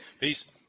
Peace